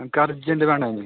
എനിക്ക് അർജൻറ് വേണമായിന്